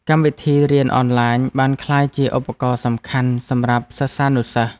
កម្មវិធីរៀនអនឡាញ បានក្លាយជាឧបករណ៍សំខាន់សម្រាប់សិស្សានុសិស្ស។